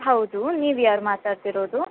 ಹೌದು ನೀವು ಯಾರು ಮಾತಾಡ್ತಿರೋದು